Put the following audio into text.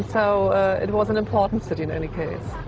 so it was an important city, in any case.